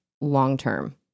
long-term